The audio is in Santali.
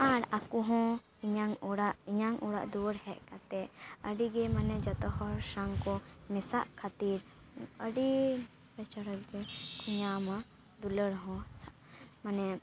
ᱟᱨ ᱟᱠᱚ ᱦᱚᱸ ᱤᱧᱟᱝ ᱤᱧᱟᱝ ᱚᱲᱟᱜ ᱫᱩᱣᱟᱹᱨ ᱦᱮᱡ ᱠᱟᱛᱮᱫ ᱟᱹᱰᱤᱜᱮ ᱢᱟᱱᱮ ᱡᱚᱛᱚ ᱦᱚᱲ ᱥᱟᱶᱠᱚ ᱢᱮᱥᱟᱜ ᱠᱷᱟᱹᱛᱤᱨ ᱟᱹᱰᱤ ᱪᱚᱨᱚᱠ ᱜᱮᱠᱚ ᱧᱟᱢᱟ ᱫᱩᱞᱟᱹᱲ ᱦᱚᱸ ᱢᱟᱱᱮ